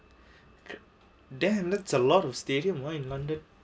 damn that's a lot of stadium ah in london